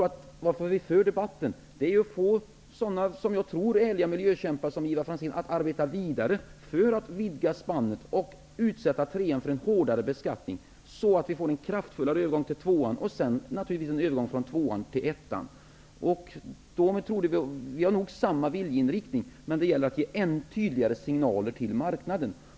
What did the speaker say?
Men vi för debatten för att få ärliga miljökämpar, som jag tror att Ivar Franzén är, att arbeta vidare för att vidga spannet och utsätta klass 3 för en hårdare beskattning, så att vi får en kraftfull övergång till klass 2 och sedan naturligtvis en övergång från klass 2 till 1. Vi har nog samma viljeinriktning, men det gäller att ge ännu tydligare signaler till marknaden.